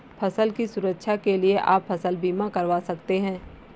फसल की सुरक्षा के लिए आप फसल बीमा करवा सकते है